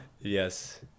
yes